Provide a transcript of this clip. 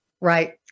Right